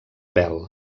bell